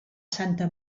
santa